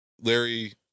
Larry